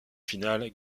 finale